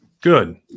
Good